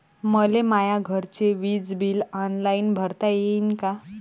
मले माया घरचे विज बिल ऑनलाईन भरता येईन का?